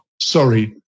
Sorry